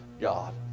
God